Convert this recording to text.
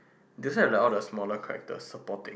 they also have all the smaller characters support